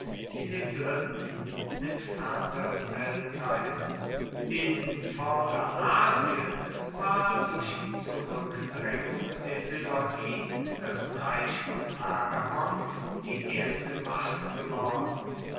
in dem dritten entfernteren weltteil in vorderasien war durch die zurückdrängung der seleukiden das reich von pergamon die erste macht geworden